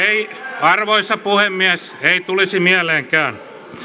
arvoisa puhemies ei tulisi mieleenkään